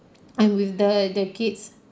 and with the the kids